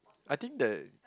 I think the